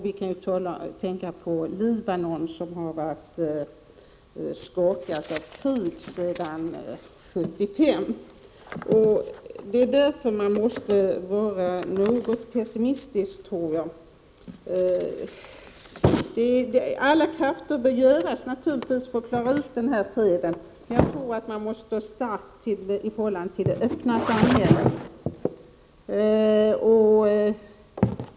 Vi kan också tänka på Libanon, som har varit skakat av krig sedan 1975. Det är därför man måste vara något pessimistisk. Alla krafter bör sättas in för att klara denna fred, men man måste stå stark i förhållande till det öppna samhället.